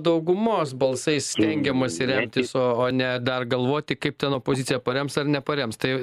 daugumos balsais rengiamasi remtis o ne dar galvoti kaip ten opozicija parems ar neparems tai